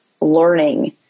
learning